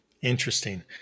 Interesting